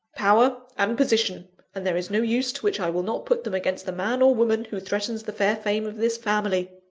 power, and position and there is no use to which i will not put them against the man or woman who threatens the fair fame of this family.